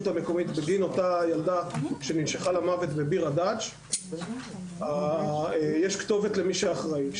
המקומית בגין אותה ילדה שננשכה למוות בביר הדאג' יש כתובת למי שאחראי.